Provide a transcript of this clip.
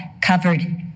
covered